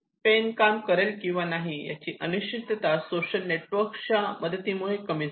pen काम करेल किंवा नाही याची अनिश्चितता सोशल नेटवर्कच्या मदतीमुळे कमी झाली